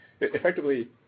effectively